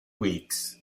weeks